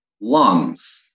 lungs